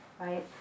right